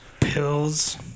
Pills